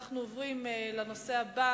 אנחנו עוברים לנושא הבא,